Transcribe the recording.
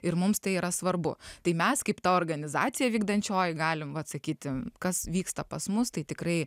ir mums tai yra svarbu tai mes kaip ta organizacija vykdančioji galim vat sakyti kas vyksta pas mus tai tikrai